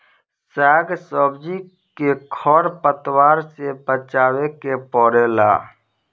साग सब्जी के खर पतवार से बचावे के पड़ेला